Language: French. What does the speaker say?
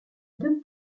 deux